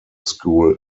school